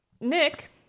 Nick